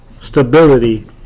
stability